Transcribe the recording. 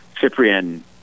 Cyprian